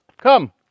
come